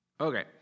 Okay